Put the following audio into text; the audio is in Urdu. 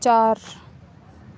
چار